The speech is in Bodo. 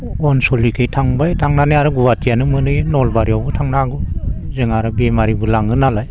आनसलिखै थांबाय थांनानै आरो गुवाहाटियानो मोनहैयो नलबारियावबो थांनो हागौ जों आरो बेमारिबो लाङोनालाय